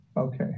Okay